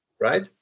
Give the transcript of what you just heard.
right